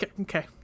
okay